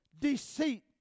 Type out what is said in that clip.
deceit